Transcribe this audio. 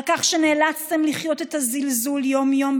על כך שנאלצתם לחיות את הזלזול יום-יום,